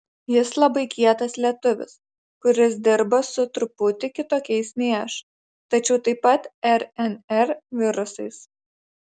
jis labai kietas lietuvis kuris dirba su truputį kitokiais nei aš tačiau taip pat rnr virusais